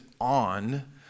on